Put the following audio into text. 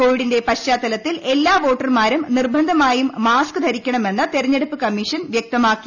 കോവിഡിന്റെ പശ്ചാത്തലത്തിൽ ഏപ്ലൂ വോട്ടർമാരും നിർബന്ധമായും മാസ്ക് ധരിക്ക്ണുഉമന്ന് തെരഞ്ഞെടുപ്പ് കമ്മീഷൻ വൃക്തമാക്കി